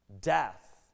death